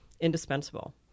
indispensable